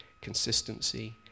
consistency